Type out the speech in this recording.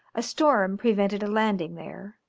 a storm prevented a landing there,